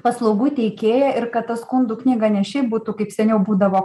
paslaugų teikėją ir kad ta skundų knyga ne šiaip būtų kaip seniau būdavo